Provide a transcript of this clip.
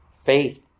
Faith